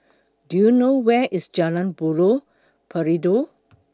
Do YOU know Where IS Jalan Buloh Perindu